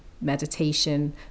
meditation